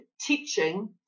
teaching